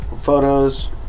photos